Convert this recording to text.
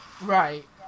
right